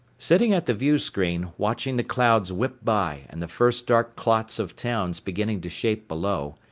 sitting at the viewscreen, watching the clouds whip by and the first dark clots of towns beginning to shape below,